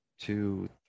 two